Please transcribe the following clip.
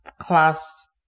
class